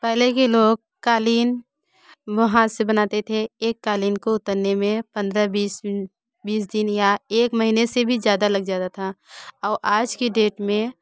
पहले के लोग क़ालीन वो हाथ से बनाते थे एक क़ालीन को उतरने में पन्द्रह बीस मिन बीस दिन या एक महीने से भी ज़्यादा लग जाता था और आज की डेट में